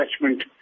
attachment